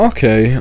Okay